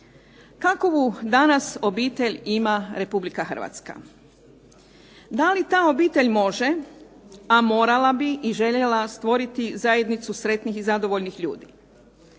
Kakovu danas obitelj ima Republika Hrvatska? Da li ta obitelj može, a morala bi i željela stvoriti zajednicu sretnih i zadovoljnih ljudi.